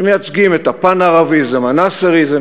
שמייצגים את הפאן-ערביזם, הנאצריזם.